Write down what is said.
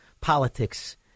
Politics